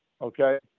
Okay